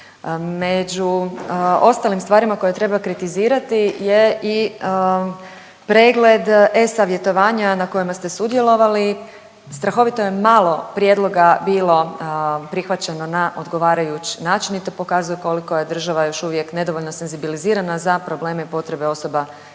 Među ostalim stvarima koje treba kritizirati je i pregled e-savjetovanja na kojima ste sudjelovali. Strahovito je malo prijedloga bilo prihvaćeno na odgovarajući način i to pokazuje koliko je država još uvijek nedovoljno senzibilizirana za probleme i potrebe osoba sa